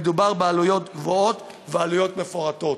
מדובר בעלויות גבוהות ועלויות מפורטות.